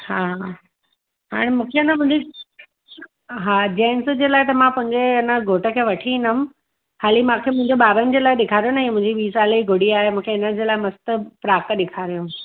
हा हा हाणे मूंखे आहे न भली हा जेन्स लाइ त पांहिंजे आ न घोट खे वठी ईंदमि हाली मूंखे मुंहिंजे बारिनि लाइ ॾेखारियो न मुंहिंजी ॿी साले जी गुड़िया आहे हुनजे लाइ मस्तु फ्राक ॾेखारियो